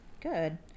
Good